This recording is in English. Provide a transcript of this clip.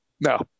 no